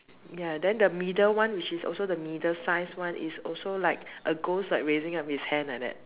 ya then the middle one which is also the middle size one is also like a ghost like raising his up his hand like that